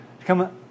come